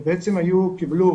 שבעצם קיבלו